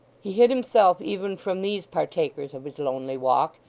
he hid himself even from these partakers of his lonely walk,